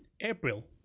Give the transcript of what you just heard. April